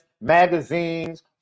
magazines